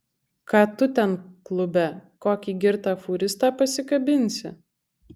ką tu ten klube kokį girtą fūristą pasikabinsi